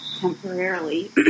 temporarily